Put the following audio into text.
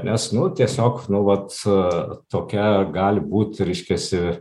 nes nu tiesiog nu vat tokia gali būt reiškiasi